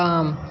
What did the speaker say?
वाम